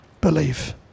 believe